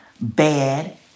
bad